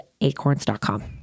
Acorns.com